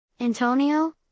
Antonio